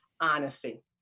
honesty